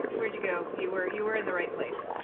where'd you go? you were you were in the right place.